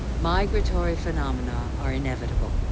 migratory phenomena are inevitable.